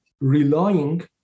relying